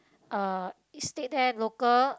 uh it state there local